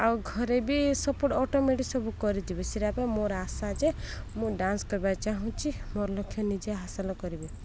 ଆଉ ଘରେ ବି ସପୋର୍ଟ୍ ଅଟୋମେଟିକ୍ ସବୁ କରିଦେବେ ସେଇଟା ପାଇଁ ମୋର ଆଶା ଯେ ମୁଁ ଡାନ୍ସ କରିବାକୁ ଚାହୁଁଛି ମୋର ଲକ୍ଷ୍ୟ ନିଜେ ହାସଲ କରିବି